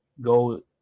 go